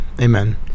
Amen